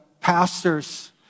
pastor's